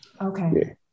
okay